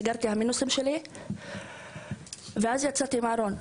סגרתי את המינוס בבנק ורק אז יצאתי מהארון,